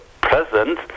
present